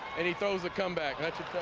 and he throws a come back.